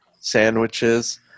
sandwiches